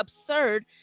absurd